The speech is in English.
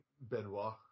Benoit